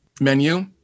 menu